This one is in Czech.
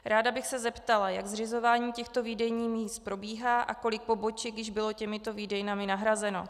Ráda bych se zeptala, jak zřizování těchto výdejních míst probíhá a kolik poboček již bylo těmito výdejnami nahrazeno.